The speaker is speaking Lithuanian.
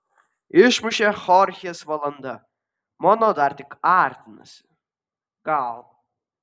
išmušė chorchės valanda mano dar tik artinasi gal